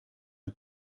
een